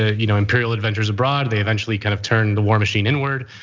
ah you know imperial adventures abroad, they eventually kind of turned the war machine inward.